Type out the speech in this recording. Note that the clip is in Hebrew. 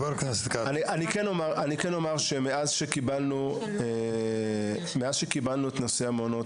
אני כן אומר שמאז שקיבלנו את נושא המעונות